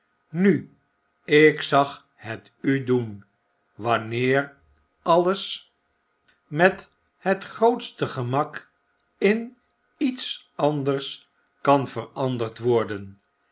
nu ik zag het u doeja n wanneer alles met het grootste gemak in lets anders kan veranderd worden